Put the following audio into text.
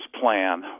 plan